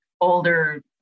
older